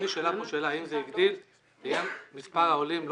אם נשאלה פה שאלה האם זה הגדיל את מספר העולים,